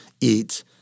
eat